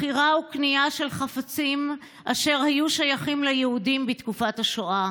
מכירה וקנייה של חפצים אשר היו שייכים ליהודים בתקופת השואה